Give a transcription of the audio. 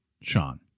Sean